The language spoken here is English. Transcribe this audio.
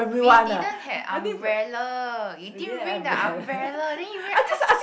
we didn't had umbrella we didn't bring the umbrella then you go and ask